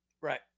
Right